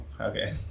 okay